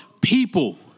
people